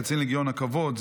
קצין לגיון הכבוד,